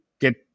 get